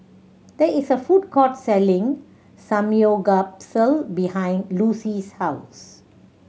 there is a food court selling Samgyeopsal behind Lucy's house